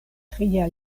tria